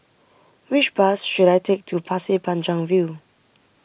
which bus should I take to Pasir Panjang View